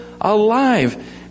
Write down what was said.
alive